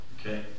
Okay